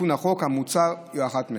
ותיקון החוק המוצע הוא אחת מהן.